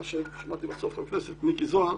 מה ששמעתי בסוף מחבר הכנסת מיקי זוהר